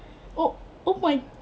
oh oh my